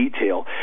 detail